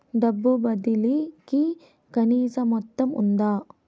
డబ్బు బదిలీ కి కనీస మొత్తం ఉందా?